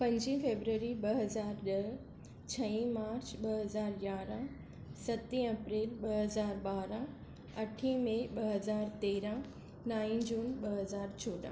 पंजी फेबररी ॿ हज़ार ॾह छ्ह मार्च ॿ हज़ार यारहं सती अप्रैल ॿ हज़ार ॿारहं अठी मई ॿ हज़ार तेरहं नाई जून ॿ हज़ार चोॾहं